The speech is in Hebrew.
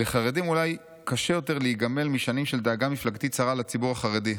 לחרדים אולי קשה יותר להיגמל משנים של דאגה מפלגתית צרה לציבור החרדי,